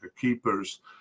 keepers